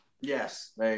yes